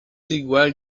igual